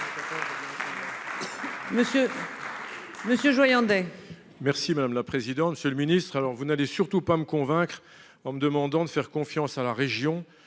Messieurs Joyandet. Merci madame la présidente, monsieur le ministre. Alors vous n'allez surtout pas me convaincre en me demandant de faire confiance à la région